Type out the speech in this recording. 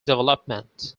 development